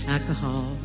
Alcohol